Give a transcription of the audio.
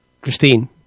Christine